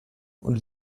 und